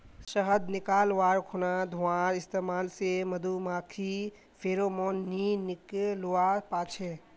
शहद निकाल्वार खुना धुंआर इस्तेमाल से मधुमाखी फेरोमोन नि निक्लुआ पाछे